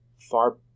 far